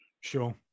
Sure